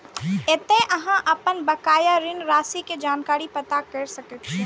एतय अहां अपन बकाया ऋण राशि के जानकारी पता कैर सकै छी